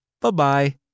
Bye-bye